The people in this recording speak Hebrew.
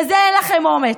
לזה אין לכם אומץ.